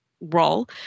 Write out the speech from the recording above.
role